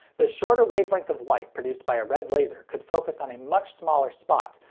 the shorter wavelength of light produced by a red laser could focus on a much smaller spot,